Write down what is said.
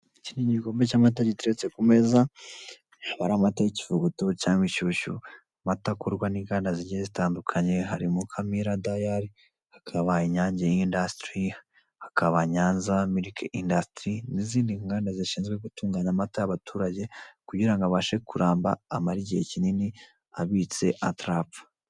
Iki ni igikombe cy'amata giteretse ku meza akaba ari amata y'ikivuguto cyangwa inshyushyu. Amata akorwa n'inganda zigiye zitandukanye hari Mukamira dayari, hakaba Inyange indasitiri, hakaba Nyanza miriki indasitiri n'izindi nganda zishinzwe gutunganya amata y'abaturage kugira ngo abashe kuramba amare igihe kinini atarapfa.